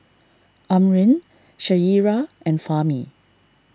Amrin Syirah and Fahmi